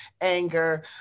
anger